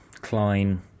Klein